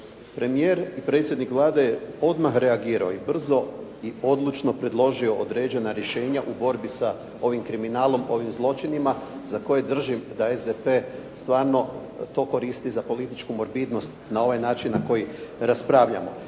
Premijer, predsjednik Vlade je odmah reagirao i brzo i odlučno predložio određena rješenja u borbi sa ovim kriminalom, ovim zločinima za koje držim da SDP stvarno to koristi za političku morbidnost na ovaj način na koji raspravljamo.